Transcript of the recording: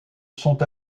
sont